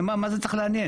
למה, מה זה צריך לעניין?